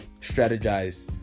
strategize